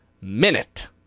minute